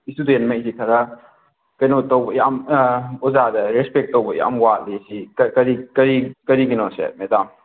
student ꯉꯩꯁꯤ ꯈꯔ ꯀꯩꯅꯣ ꯇꯧꯕ ꯌꯥꯝ ꯑꯣꯖꯥꯗ ꯔꯦꯁꯄꯦꯛ ꯇꯧꯕ ꯌꯥꯝ ꯋꯥꯠꯂꯤꯁꯤ ꯀꯔꯤ ꯀꯔꯤ ꯀꯔꯤꯒꯤꯅꯣꯁꯦ ꯃꯦꯗꯥꯝ